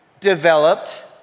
developed